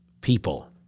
people